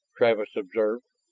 travis observed.